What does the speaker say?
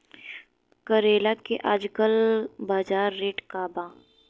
करेला के आजकल बजार रेट का बा?